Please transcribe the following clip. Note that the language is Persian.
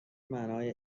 معنای